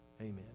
Amen